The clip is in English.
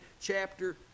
chapter